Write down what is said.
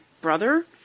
brother